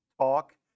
talk